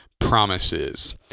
Promises